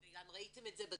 וגם ראיתם את זה בדיווח.